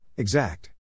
Exact